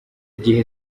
gihe